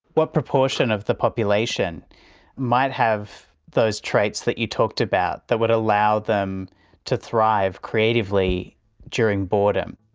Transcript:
what proportion of the population might have those traits that you talked about that would allow them to thrive creatively during boredom?